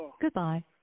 Goodbye